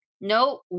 No